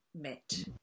met